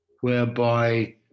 whereby